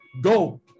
Go